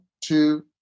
two